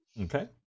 Okay